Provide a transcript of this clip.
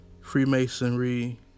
Freemasonry